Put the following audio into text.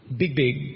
big-big